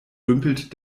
dümpelt